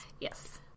Yes